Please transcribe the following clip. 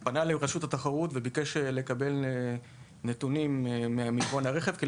הוא פנה לרשות התחרות וביקש לקבל נתונים מיבואני הרכב כי